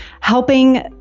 helping